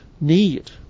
need